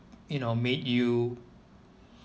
you know made you